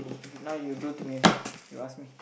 okay now you do to me okay you ask me